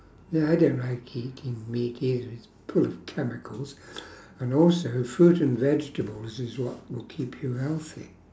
ya I don't like eating meat either it's full of chemicals and also fruit and vegetables is what will keep you healthy